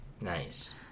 Nice